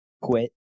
quit